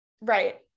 Right